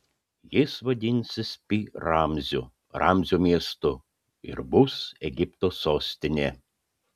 jis vadinsis pi ramziu ramzio miestu ir bus egipto sostinė